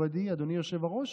מכובדי אדוני היושב-ראש,